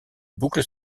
boucle